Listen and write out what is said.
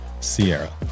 Sierra